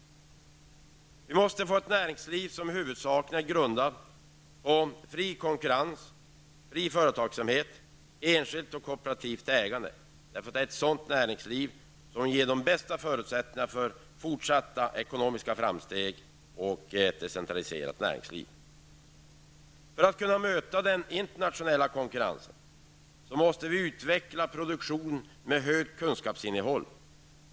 Vi måste få ett näringsliv som huvudsakligen är grundat på fri konkurrens, fri företagsamhet samt enskilt och kooperativt ägande. Det är ett sådant näringsliv som ger de bästa förutsättningarna för fortsatta ekonomiska framsteg och ett decentraliserat näringsliv. För att möta den internationella konkurrensen måste vi utveckla produktion med högt kunskapsinnehåll.